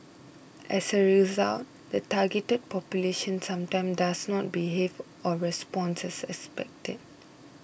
as a result the targeted population sometimes does not behave or responds as expected